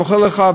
מוכר לך,